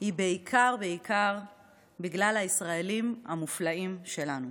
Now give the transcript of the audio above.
היא בעיקר בגלל הישראלים המופלאים שלנו,